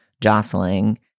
jostling